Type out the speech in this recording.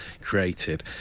created